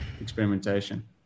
experimentation